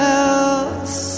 else